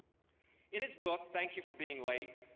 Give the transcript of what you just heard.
in his book, thank you for being late,